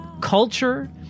culture